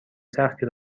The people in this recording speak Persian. سختی